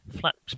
flaps